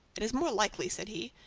it is more likely, said he,